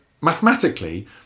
Mathematically